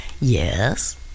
Yes